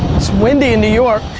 it's windy in new york.